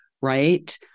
right